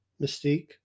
Mystique